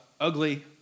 ugly